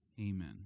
Amen